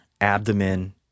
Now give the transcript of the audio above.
abdomen